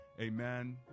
amen